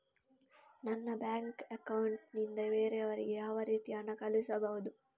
ನನ್ನ bank account ನಿಂದ ಬೇರೆಯವರಿಗೆ ಯಾವ ರೀತಿ ಹಣ ಕಳಿಸಬಹುದು?